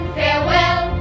farewell